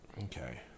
Okay